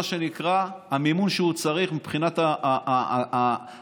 שנקרא המימון שהוא צריך מבחינת הדלתא,